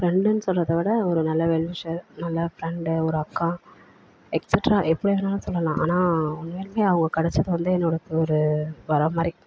ஃப்ரெண்டுன்னு சொல்கிறத விட ஒரு நல்ல வெல்விஷ்ஷர் நல்ல ஃப்ரெண்டு ஒரு அக்கா எக்ஸட்ரா எப்படி வேணுனாலும் சொல்லலாம் ஆனால் உண்மையாலுமே அவங்க கிடைச்சது வந்து என்னோட எனக்கு ஒரு வரம் மாதிரி